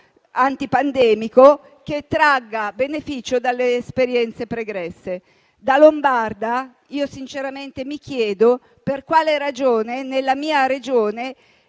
anti-pandemico che tragga beneficio dalle esperienze pregresse. Da lombarda io sinceramente mi chiedo per quale ragione nella mia Regione